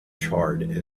charred